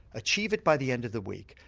achieve it by the end of the week,